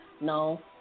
No